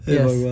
Yes